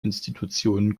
institutionen